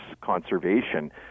conservation